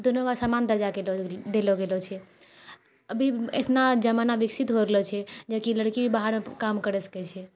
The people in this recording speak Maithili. दोनोमे समान दर्जा देलो गेलो छै अभी इतना जमाना विकसित होय गेलो छै जे कि लड़की बाहरके काम करय सकै छै